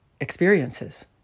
experiences